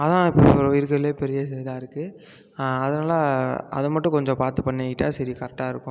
அதான் இப்போ ஒரு இருக்கிறதுலயே பெரிய இதாக இருக்கு அதனால் அதை மட்டும் கொஞ்சம் பார்த்து பண்ணிக்கிட்டா சரி கரெக்டாக இருக்கும்